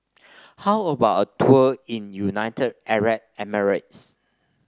how about a tour in United Arab Emirates